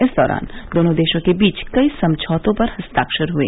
इस दौरान दोनों देशों के बीच कई समझौतों पर हस्ताक्षर हुए